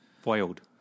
Foiled